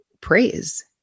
praise